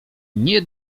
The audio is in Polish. nie